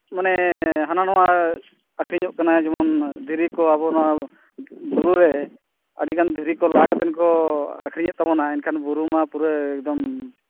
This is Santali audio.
ᱢᱟᱱᱮ ᱦᱟᱱᱟᱼᱱᱟᱣᱟ ᱟᱹᱠᱷᱨᱤᱧᱚᱜ ᱠᱟᱱᱟ ᱡᱮᱢᱚᱱ ᱫᱷᱤᱨᱤ ᱠᱚ ᱟᱵᱚ ᱱᱚᱣᱟ ᱵᱩᱨᱩ ᱨᱮ ᱟᱹᱰᱤᱜᱟᱱ ᱫᱷᱤᱨᱤ ᱞᱟ ᱠᱟᱛᱮ ᱠᱚ ᱟᱹᱠᱷᱨᱤᱧᱮᱫ ᱛᱟᱵᱚᱱᱟ ᱮᱱᱠᱷᱟᱱ ᱵᱩᱨᱩ ᱢᱟ ᱯᱩᱨᱟᱹ ᱮᱠᱫᱚᱢ